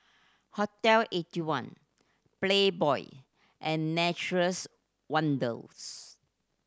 Hotel Eighty one Playboy and Nature's Wonders